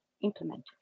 implemented